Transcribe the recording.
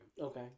Okay